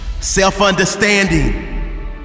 self-understanding